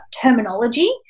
terminology